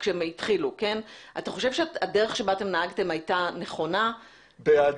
אתה חושב שהדרך בה אתם נהגתם הייתה נכונה ומושכלת?